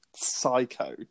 psycho